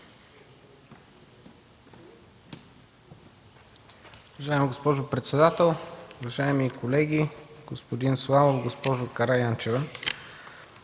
Уважаема госпожо председател, уважаеми колеги, господин Славов, госпожо Караянчева!